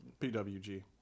PWG